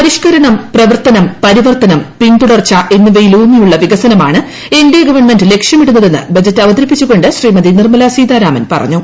പരിഷ്കരണം പ്രപ്പർത്തനം പരിവർത്തനം പിന്തുടർച്ച എന്നിവയിലൂന്നിയുള്ള വികസനമാണ് എൻ ഡി എ ഗവൺമെന്റ് ലക്ഷ്യമിടുന്നതെന്ന് ബജറ്റ് അവതരിപ്പിച്ചുകൊണ്ട് ശ്രീമതി നിർമലാ സീതാരാമൻ പ്പറഞ്ഞു